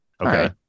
Okay